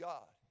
God